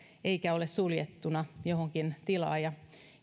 eikä ole suljettuna johonkin tilaan ja